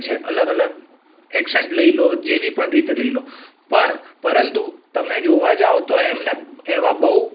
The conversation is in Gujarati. અલગ અલગ એક્સન્ટ લઈ લો જેવી પણ રીતે લઈ લો પણ પરંતુ તમે જોવા જાવ તો એમને એવા બહુ